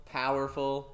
powerful